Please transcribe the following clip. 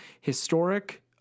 Historic